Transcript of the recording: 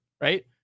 right